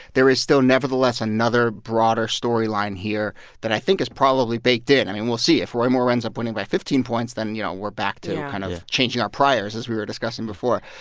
there is still, nevertheless, another broader storyline here that i think is probably baked in. i mean, we'll see. if roy moore ends up winning by fifteen points then, you know, we're back to. yeah. kind of changing our priors, as we were discussing before.